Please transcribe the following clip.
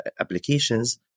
applications